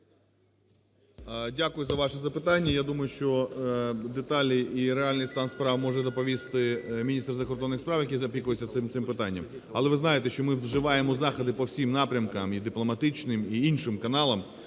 Дякую за ваше запитання. Я думаю, що деталі і реальний стан справ може доповісти міністр закордонних справ, який опікується цим питанням. Але ви знаєте, що ми вживаємо заходи по всім напрямкам – і дипломатичним, і іншим каналам